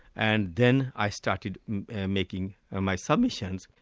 and then i started making and my submissions.